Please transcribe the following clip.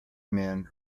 men